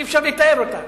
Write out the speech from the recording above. שאי-אפשר לתאר אותה.